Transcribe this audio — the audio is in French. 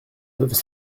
peuvent